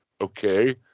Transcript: okay